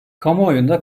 kamuoyunda